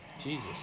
jesus